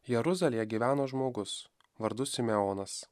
jeruzalėje gyveno žmogus vardu simeonas